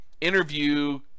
Interview